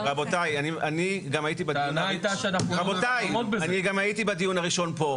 רבותיי, אני גם הייתי בדיון הראשון פה.